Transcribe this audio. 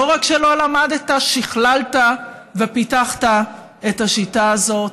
לא רק שלא למדת, שכללת ופיתחת את השיטה הזאת.